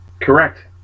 Correct